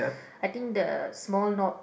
I think the small no~